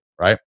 right